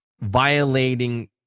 violating